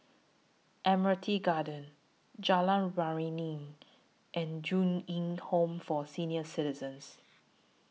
Admiralty Garden Jalan Waringin and Ju Eng Home For Senior Citizens